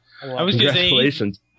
congratulations